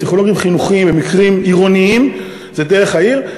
פסיכולוגים חינוכיים הם, עירוניים, זה דרך העיר.